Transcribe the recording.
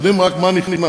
יודעים רק מה נכנס,